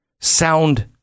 sound